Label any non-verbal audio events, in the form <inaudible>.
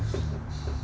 <breath>